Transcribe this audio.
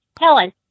Helen